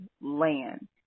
land